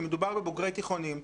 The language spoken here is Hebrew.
כי מדובר בבוגרי תיכונים,